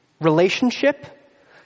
Relationship